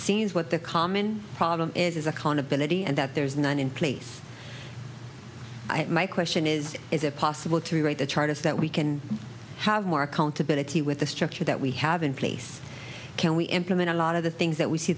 seems what the common problem is is accountability and that there is none in place my question is is it possible to rewrite the charges that we can have more accountability with the structure that we have in place can we implement a lot of the things that we see